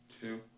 two